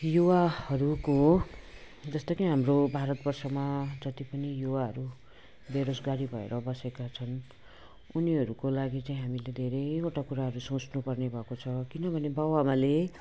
युवाहरूको जस्तो कि हाम्रो भारतवर्षमा जति पनि युवाहरू बेरोजगारी भएर बसेका छन् उनीहरूको लागि चाहिँ हामीले धेरैवटा कुराहरू सोच्नुपर्ने भएको छ किनभने बाबुआमाले